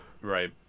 right